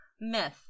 Myth